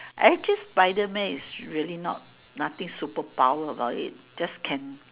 actually Spiderman is really not~ nothing superpower about it just can